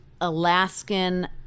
Alaskan